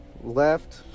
left